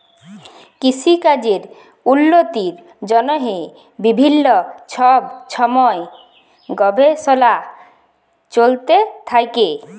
কিসিকাজের উল্লতির জ্যনহে বিভিল্ল্য ছব ছময় গবেষলা চলতে থ্যাকে